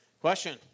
Question